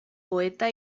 poeta